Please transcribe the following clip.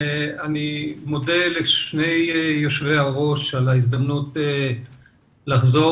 אני מודה לשני יושבי הראש על ההזדמנות לחזור